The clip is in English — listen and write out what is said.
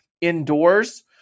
indoors